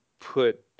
put